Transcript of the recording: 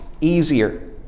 easier